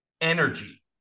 energy